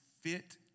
fit